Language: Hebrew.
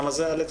כמה זה בערך?